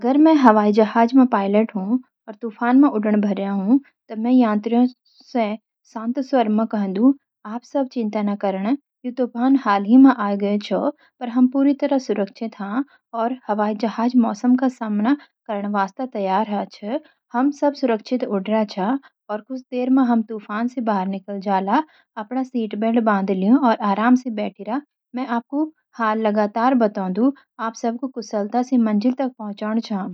अगर मैं हवाईजहाज़ मॅ पायलट हूँ और तूफ़ान मॅ उड़ाण भर रया हूँ, त मैं यात्रियूं स’ शांत स्वार मॅ कहुंदु: "आप सब चिंता ना करण। यो तूफ़ान हाल ही मॅ अई ग्यो छ, पर हम पूरी तरह स’ सुरक्षित हां और हवाईजहाज़ मौसम का सामना करण वास्ता तैयार ह। हम सब सुरक्खित उड़ रया च, और कुछ देर मॅ हम तूफ़ान स’ बार निकल जालां। आपणा सीटबेल्ट बाँध ल्युं और आराम स’ बैठी रा। मैं आपकू हाल लगातार बतैंदु। आप सबकू कुशलता स’ मंज़िल तक पहुँचौण हमुन।